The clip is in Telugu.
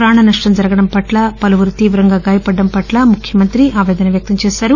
ప్రాణ నష్టం జరగడం పట్ల పలువురు తీవ్రంగా గాయపడటం పట్ల ముఖ్యమంత్రి ఆపేదన వ్యక్తం చేశారు